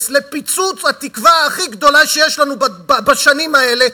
לפיצוץ התקווה הכי גדולה שיש לנו בשנים האלה,